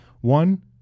One